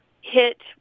hit